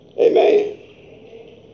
Amen